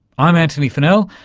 i'm antony funnell,